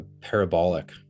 parabolic